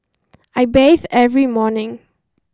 I bathe every morning